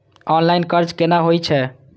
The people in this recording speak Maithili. ऑनलाईन कर्ज केना होई छै?